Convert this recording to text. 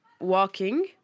walking